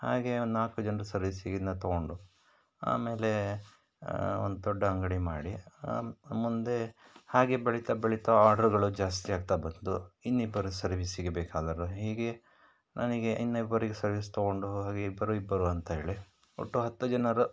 ಹಾಗೇ ಒಂದು ನಾಲ್ಕು ಜನರ ಸರ್ವೀಸಿಗೆ ನಾನು ತಗೊಂಡು ಆಮೇಲೆ ಒಂದು ದೊಡ್ಡ ಅಂಗಡಿ ಮಾಡಿ ಮುಂದೆ ಹಾಗೆ ಬೆಳೀತಾ ಬೆಳೀತಾ ಆರ್ಡ್ರಗಳು ಜಾಸ್ತಿಯಾಗ್ತಾ ಬಂತು ಇನ್ನಿಬ್ಬರು ಸರ್ವೀಸಿಗೆ ಬೇಕಾದರು ಹೀಗೆ ನನಗೆ ಇನ್ನಿಬ್ಬರಿಗೆ ಸರ್ವೀಸ್ ತಗೊಂಡು ಹಾಗೆ ಇಬ್ಬರು ಇಬ್ಬರು ಅಂತ ಹೇಳಿ ಒಟ್ಟು ಹತ್ತು ಜನರು